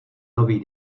nový